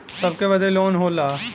सबके बदे लोन होला